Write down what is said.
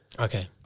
Okay